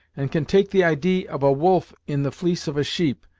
and can take the idee of a wolf in the fleece of a sheep,